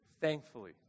thankfully